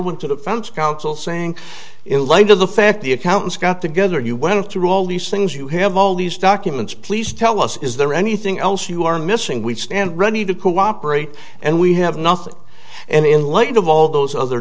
greenwood to the french council saying in light of the fact the accountants got together you went through all these things you have all these documents please tell us is there anything else you are missing we stand ready to cooperate and we have nothing and in light of all those other